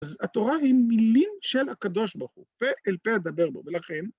אז התורה היא מילים של הקדוש ברוך הוא.פה אל פה אדבר בו, ולכן...